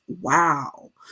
wow